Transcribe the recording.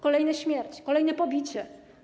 Kolejna śmierć, kolejne pobicie.